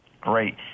Great